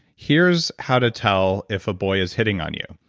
here's how to tell if a boy is hitting on you.